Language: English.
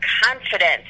confidence